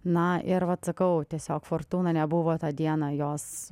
na ir vat atsakau tiesiog fortūna nebuvo tą dieną jos